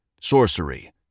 sorcery